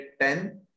10